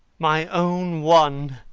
my own one!